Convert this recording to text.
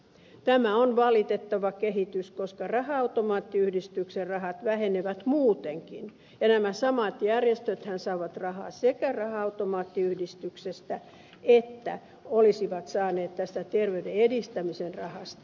tämä on valitettava kehitys koska raha automaattiyhdistyksen rahat vähenevät muutenkin ja nämä samat järjestöthän saavat rahaa sekä raha automaattiyhdistyksestä että olisivat saaneet tästä terveyden edistämisen rahasta